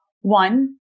One